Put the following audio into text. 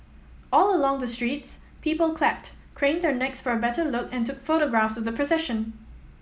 all along the streets people clapped craned their necks for a better look and took photographs of the procession